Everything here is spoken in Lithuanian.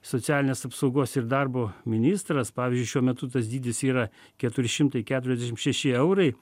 socialinės apsaugos ir darbo ministras pavyzdžiui šiuo metu tas dydis yra keturi šimtai keturiasdešim šeši eurai